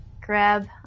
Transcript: grab